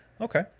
Okay